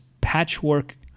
patchwork